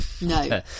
No